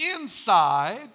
inside